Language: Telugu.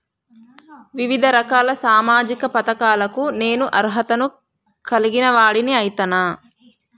వివిధ రకాల సామాజిక పథకాలకు నేను అర్హత ను కలిగిన వాడిని అయితనా?